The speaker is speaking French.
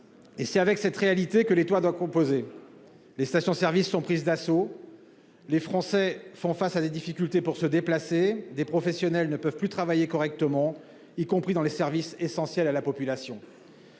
et c'est avec elle que l'État doit composer : les stations-service sont prises d'assaut, les Français sont confrontés à des difficultés pour se déplacer et des professionnels ne peuvent plus travailler correctement, y compris dans les services essentiels à la population.